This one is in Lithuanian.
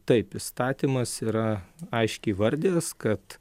taip įstatymas yra aiškiai įvardijęs kad